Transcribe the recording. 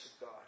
God